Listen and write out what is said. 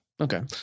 Okay